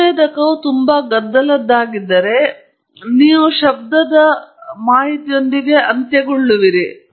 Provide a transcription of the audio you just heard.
ಸಂವೇದಕವು ತುಂಬಾ ಗದ್ದಲದದ್ದಾಗಿದ್ದರೆ ನೀವು ಶಬ್ಧದ ಮಾಹಿತಿಯೊಂದಿಗೆ ಅಂತ್ಯಗೊಳ್ಳುವಿರಿ